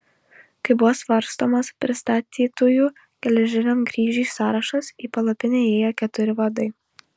kai buvo svarstomas pristatytųjų geležiniam kryžiui sąrašas į palapinę įėjo keturi vadai